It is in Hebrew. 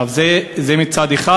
זה מצד אחד.